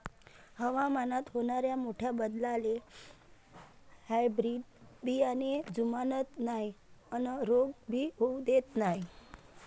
हवामानात होनाऱ्या मोठ्या बदलाले हायब्रीड बियाने जुमानत नाय अन रोग भी होऊ देत नाय